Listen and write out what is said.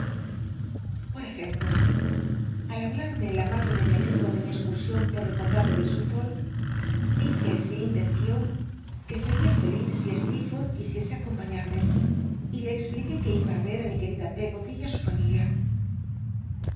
por ejemplo al hablarme la madre de mi amigo ele mi cscursion por el condado de suffolk dije sin intencion que seria feliz si sleerforlh quisiese acompañarme y le expliqué que iba á rer á mi querida peggoly y i su familia